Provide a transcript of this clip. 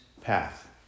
path